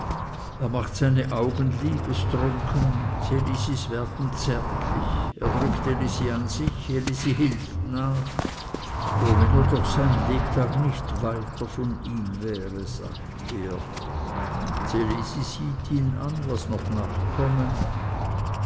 er macht seine augen liebetrunken ds elisis werden zärtlich er drückt elisi an sich elisi hilft nach o wenn er doch sein lebtag nicht weiter von ihm wäre sagt er ds elisis sieht ihn an was noch nachkomme